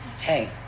hey